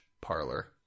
parlor